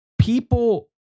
people